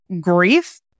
grief